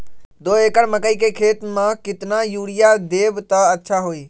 दो एकड़ मकई के खेती म केतना यूरिया देब त अच्छा होतई?